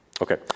Okay